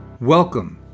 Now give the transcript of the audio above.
Welcome